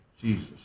Jesus